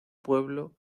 pueblo